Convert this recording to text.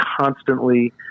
constantly